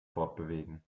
fortbewegen